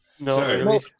No